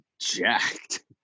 jacked